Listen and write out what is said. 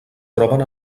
troben